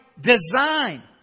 design